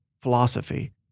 philosophy